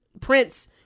Prince